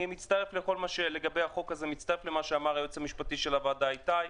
אני מצטרף למה שאמר היועץ המשפטי של הוועדה איתי.